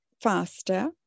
faster